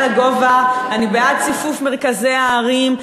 מרכזי הערים,